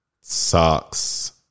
socks